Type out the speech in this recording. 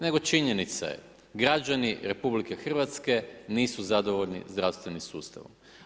Nego činjenica je, građani RH nisu zadovoljni zdravstvenim sustavom.